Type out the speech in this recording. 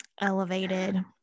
elevated